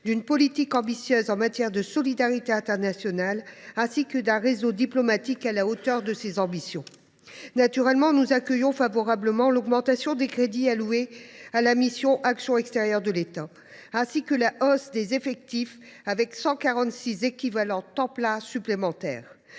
d’une politique ambitieuse en matière de solidarité internationale et d’un réseau diplomatique à la hauteur de ses ambitions. Naturellement, nous accueillions favorablement l’augmentation des crédits alloués à la mission « Action extérieure de l’État », ainsi que la hausse des effectifs, avec 146 ETP supplémentaires.